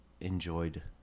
enjoyed